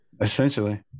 essentially